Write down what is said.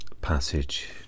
passage